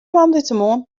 moandeitemoarn